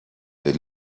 they